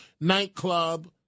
nightclub